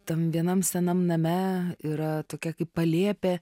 tam vienam senam name yra tokia kaip palėpė